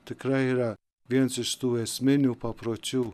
tikrai yra viens iš tų esminių papročių